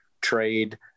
trade